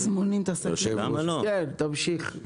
כן תמשיך.